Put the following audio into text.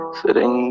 sitting